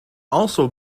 also